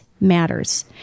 matters